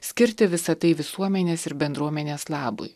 skirti visą tai visuomenės ir bendruomenės labui